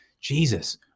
Jesus